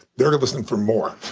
they're listening for more.